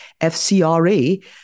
FCRA